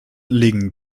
liegen